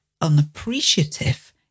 unappreciative